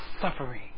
suffering